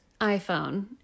iPhone